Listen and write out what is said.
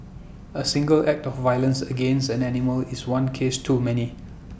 A single act of violence against an animal is one case too many